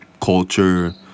culture